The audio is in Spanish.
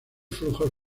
flujos